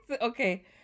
Okay